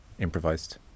improvised